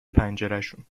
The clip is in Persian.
پنجرشون